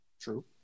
True